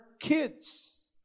kids